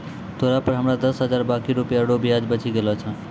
तोरा पर हमरो दस हजार बाकी रुपिया रो ब्याज बचि गेलो छय